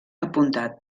apuntat